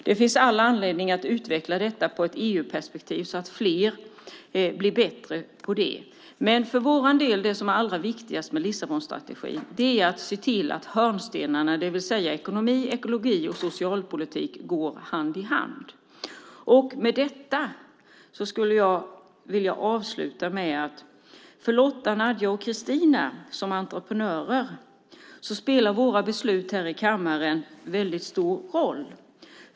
Det finns all anledning att utveckla detta i ett EU-perspektiv så att fler blir bättre på det, men för vår del är det allra viktigaste med Lissabonstrategin att se till hörnstenarna, det vill säga att ekonomi, ekologi och socialpolitik går hand i hand. Jag skulle vilja avsluta med att säga att för Lotta, Nadja och Kristina som entreprenörer spelar våra beslut här i kammaren väldigt stor roll.